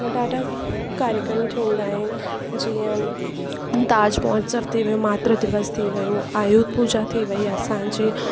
ऐं ॾाढा कार्यक्रम थींदा आहिनि जीअं ताज महोत्सव थी वियो मातृ दिवस थी वियो आयुद पूजा थी वई असांजी